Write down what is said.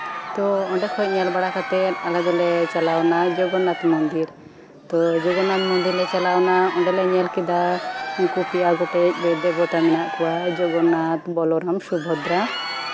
ᱛᱳ ᱚᱱᱰᱮ ᱠᱷᱚᱡ ᱧᱮᱞ ᱵᱟᱲᱟ ᱠᱟᱛᱮᱜ ᱟᱞᱮ ᱫᱚᱞᱮ ᱪᱟᱞᱟᱣᱱᱟ ᱡᱚᱜᱚᱱᱱᱟᱛᱷ ᱢᱚᱱᱫᱤᱨ ᱛᱳ ᱡᱚᱜᱚᱱᱱᱟᱛᱷ ᱢᱚᱱᱫᱤᱨ ᱞᱮ ᱪᱟᱞᱟᱣᱱᱟ ᱚᱱᱰᱮ ᱞᱮ ᱧᱮᱞ ᱠᱮᱫᱟ ᱯᱮᱭᱟ ᱜᱚᱴᱮᱡ ᱫᱮᱵᱚᱛᱟ ᱢᱮᱱᱟᱜ ᱠᱚᱣᱟ ᱡᱚᱜᱚᱱᱱᱟᱛᱷ ᱵᱚᱞᱨᱟᱢ ᱥᱩᱵᱷᱚᱫᱽᱨᱟ